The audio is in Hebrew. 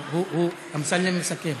אמסלם מסכם.